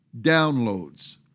downloads